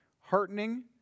heartening